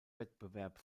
wettbewerb